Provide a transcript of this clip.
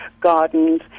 gardens